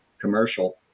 commercial